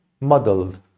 muddled